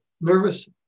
nervous